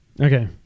Okay